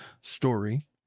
story